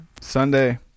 Sunday